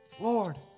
Lord